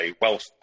wealth